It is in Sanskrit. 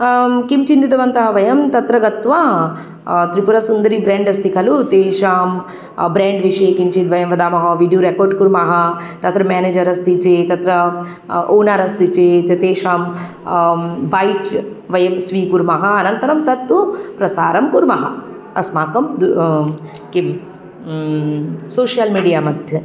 किं चिन्तितवन्तः वयं तत्र गत्वा त्रिपुरसुन्दरी ब्रेण्ड् अस्ति खलु तेषां ब्रेण्ड् विषये किञ्जित् वयं वदामः विडियो रेकाड् कुर्मः तत्र मेनेजर् अस्ति चेत् तत्र ओनर् अस्ति चेत् तेषां बैक् वयं स्विकुर्मः अनन्तरं तत्तु प्रसारं कुर्मः अस्माकं किं सोशय्ल् मिडिया मध्ये